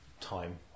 time